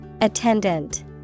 Attendant